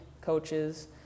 coaches